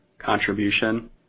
contribution